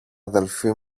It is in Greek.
αδελφή